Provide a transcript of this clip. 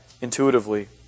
intuitively